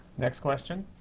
next question.